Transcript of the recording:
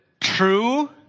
true